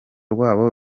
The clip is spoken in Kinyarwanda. rwabo